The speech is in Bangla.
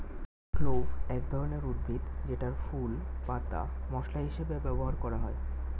ক্লোভ এক ধরনের উদ্ভিদ যেটার ফুল, পাতা মসলা হিসেবে ব্যবহার করা হয়